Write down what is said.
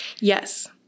Yes